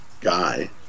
guy